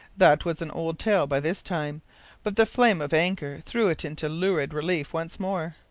that was an old tale by this time but the flames of anger threw it into lurid relief once more.